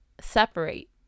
separate